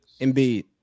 Embiid